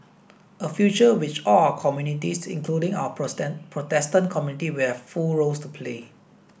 a future which all our communities including our Protestant community will have full roles to play